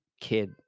kid